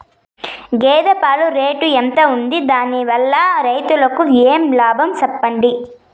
గేదె పాలు రేటు ఎంత వుంది? దాని వల్ల రైతుకు ఏమేం లాభాలు సెప్పండి?